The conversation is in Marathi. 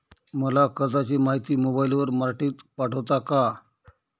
मला कर्जाची माहिती मोबाईलवर मराठीत पाठवता का?